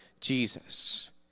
Jesus